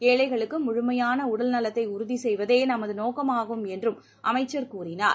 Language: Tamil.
ஏழைகளுக்கு முழுமையான உடல் நலத்தை உறுதி செய்வதே தமது நோக்கமாகும் என்று அமைச்சர் கூறினார்